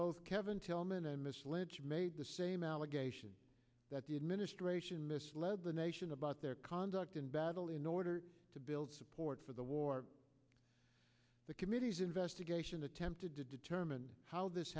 both kevin tillman and misled made the same allegation that the administration misled the nation about their conduct in battle in order to build support for the war the committee's investigation attempted to determine how this